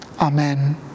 Amen